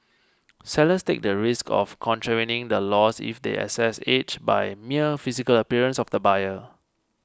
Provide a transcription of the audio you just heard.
sellers take the risk of contravening the laws if they assess age by mere physical appearance of the buyer